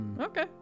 okay